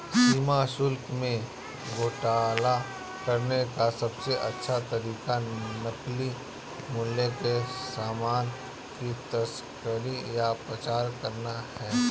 सीमा शुल्क में घोटाला करने का सबसे अच्छा तरीका नकली मूल्य के सामान की तस्करी या प्रचार करना है